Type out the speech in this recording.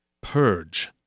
Purge